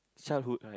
childhood right